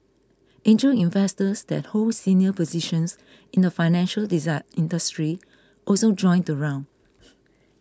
angel investors that hold senior positions in the financial industry also joined the round